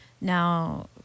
now